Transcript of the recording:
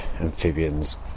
amphibians